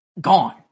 gone